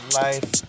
life